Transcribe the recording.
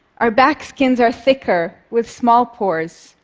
our back skins are thicker, with small pores.